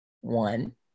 one